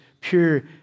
pure